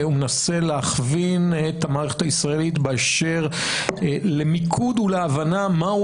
ומנסה להכווין את המערכת הישראלית באשר למיקוד ולהבנה מהו